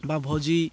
ବା ଭୋଜି